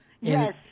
Yes